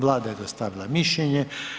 Vlada je dostavila mišljenje.